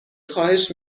خواهش